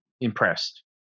impressed